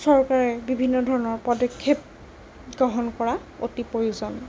চৰকাৰে বিভিন্ন ধৰণৰ পদক্ষেপ গ্ৰহণ কৰা অতি প্ৰয়োজন